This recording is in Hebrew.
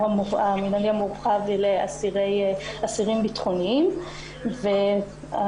מהשחרור המינהלי המורחב אלה אסירים ביטחוניים והתיקון